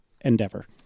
endeavor